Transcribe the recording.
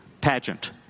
pageant